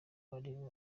hari